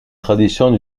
traditions